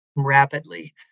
rapidly